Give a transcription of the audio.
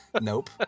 nope